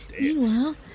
Meanwhile